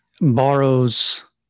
borrows